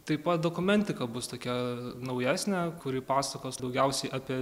taip pat dokumentika bus tokia naujesnė kuri pasakos daugiausiai apie